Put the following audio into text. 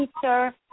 teacher